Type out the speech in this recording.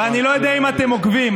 ואני לא יודע אם אתם עוקבים,